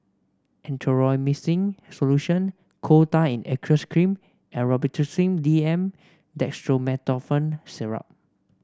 Erythroymycin Solution Coal Tar in Aqueous Cream and Robitussin DM Dextromethorphan Syrup